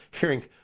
hearing